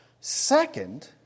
Second